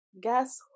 guess